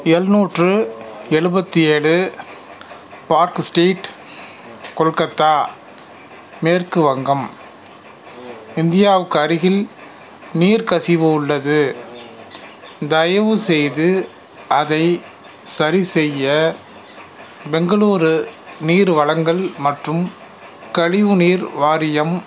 எழுநூற்று எழுபத்தி ஏழு பார்க் ஸ்ட்ரீட் கொல்கத்தா மேற்கு வங்கம் இந்தியாவுக்கு அருகில் நீர் கசிவு உள்ளது தயவுசெய்து அதை சரிசெய்ய பெங்களூரு நீர் வழங்கல் மற்றும் கழிவுநீர் வாரியம்